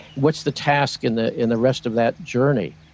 what's the task in the in the rest of that journey?